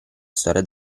storia